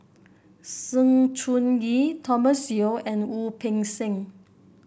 Sng Choon Yee Thomas Yeo and Wu Peng Seng